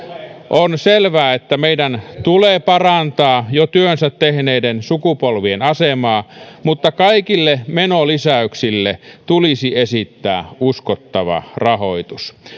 on selvää että meidän tulee parantaa jo työnsä tehneiden sukupolvien asemaa mutta kaikille menolisäyksille tulisi esittää uskottava rahoitus